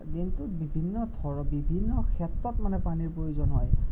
দিনটো বিভিন্ন বিভিন্ন ক্ষেত্ৰত মানে পানীৰ প্ৰয়োজন হয়